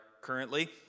currently